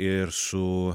ir su